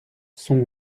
son